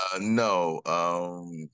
no